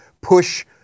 push